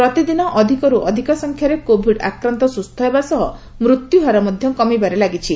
ପ୍ରତିଦିନ ଅଧିକରୁ ଅଧିକ ସଂଖ୍ୟାରେ କୋଭିଡ ଆକ୍ରାନ୍ତ ସୁସ୍ଥ ହେବା ସହ ମୃତ୍ୟୁହାର ମଧ୍ୟ କମିବାରେ ଲାଗିଛି